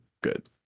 good